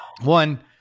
One